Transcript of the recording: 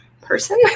person